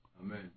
Amen